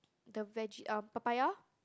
the veggie um papaya